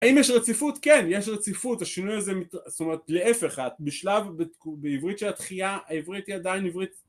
האם יש רציפות? כן. יש רציפות, השינוי הזה... זאת אומרת, להיפך, בעברית שהתחייה העברית היא עדיין עברית